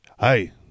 Hey